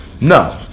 No